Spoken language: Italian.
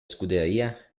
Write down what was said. scuderie